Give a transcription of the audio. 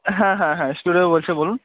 হ্যাঁ হ্যাঁ হ্যাঁ স্টুডিও বলছি বলুন